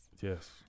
Yes